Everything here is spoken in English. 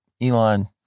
Elon